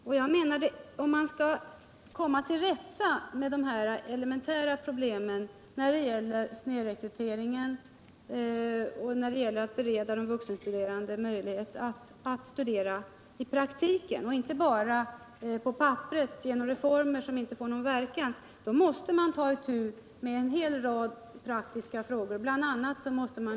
Om man skall komma till rätta med de elementära problem som uppstår i samband med snedrekryteringen och när det gäller att underlätta för de vuxenstuderande att studera i praktiken och inte bara på papperet genom reformer som inte har någon verkan, då måste man ta itu med en hel rad praktiska frågor, bl.a. studiefinansieringsfrågan.